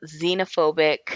xenophobic